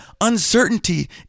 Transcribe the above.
uncertainty